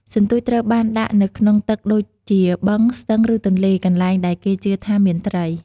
សន្ទួចត្រូវបានដាក់នៅក្នុងទឹកដូចជា បឹង ស្ទឹង ឬទន្លេ កន្លែងដែលគេជឿថាមានត្រី។